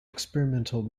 experimental